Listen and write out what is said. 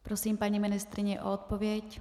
Prosím paní ministryni o odpověď.